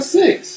six